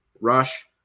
rush